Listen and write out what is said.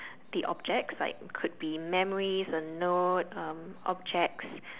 the objects like could be memories or note um objects